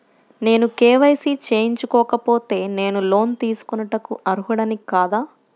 నేను కే.వై.సి చేయించుకోకపోతే నేను లోన్ తీసుకొనుటకు అర్హుడని కాదా?